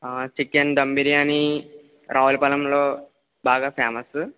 ఆ చికెన్ దమ్ బిర్యానీ రావులపాలెంలో బాగా ఫేమసు